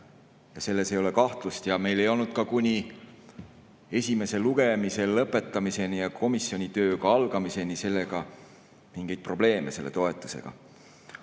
selles ei ole kahtlust. Meil ei olnud ka kuni esimese lugemise lõpetamiseni ja komisjoni töö algamiseni mingeid probleeme selle toetamisega.